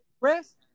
rest